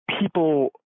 people